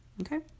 okay